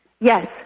Yes